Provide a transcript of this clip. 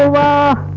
ah da